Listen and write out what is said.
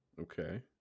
Okay